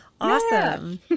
awesome